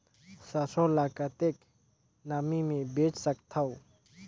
सरसो ल कतेक नमी मे बेच सकथव?